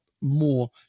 more